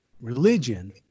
religion